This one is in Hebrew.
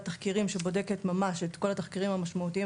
תחקירים שבודקת ממש את כל התחקירים המשמעותיים,